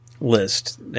list